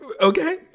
okay